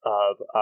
of-